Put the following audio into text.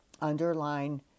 underline